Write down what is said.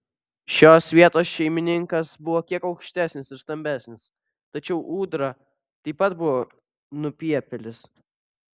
šios vietos šeimininkas buvo kiek aukštesnis ir stambesnis tačiau ūdra taip pat nebuvo nupiepėlis